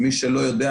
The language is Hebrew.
מי שלא יודע,